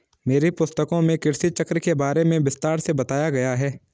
मेरी पुस्तकों में कृषि चक्र के बारे में विस्तार से बताया गया है